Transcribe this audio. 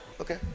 okay